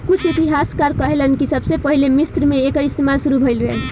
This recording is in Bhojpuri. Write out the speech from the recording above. कुछ इतिहासकार कहेलेन कि सबसे पहिले मिस्र मे एकर इस्तमाल शुरू भईल रहे